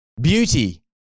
beauty